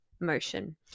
motion